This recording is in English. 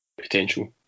Potential